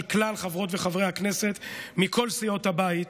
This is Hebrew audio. כלל חברות וחברי הכנסת מכל סיעות הבית,